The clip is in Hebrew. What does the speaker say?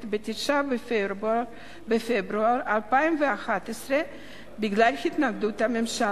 ב-9 בפברואר 2011 בגלל התנגדות הממשלה,